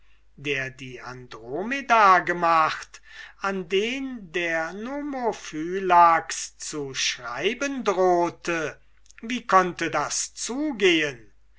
der die andromeda gemacht an den der nomophylax zu schreiben drohte wie konnte das zugehen